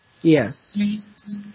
Yes